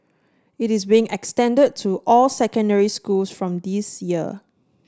it is being extended to all secondary schools from this year